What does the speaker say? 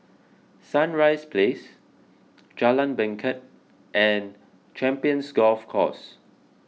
Sunrise Place Jalan Bangket and Champions Golf Course